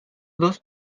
dos